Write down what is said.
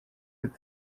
with